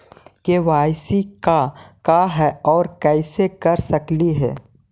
KYC का है, और कैसे कर सकली हे?